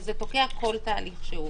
וזה תוקע כל תהליך שהוא,